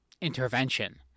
intervention